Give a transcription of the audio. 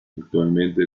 actualmente